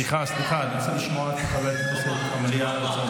אתה תמיד יכול לבוא איתי לריקודי עם.